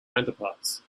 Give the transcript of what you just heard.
counterparts